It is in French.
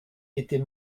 était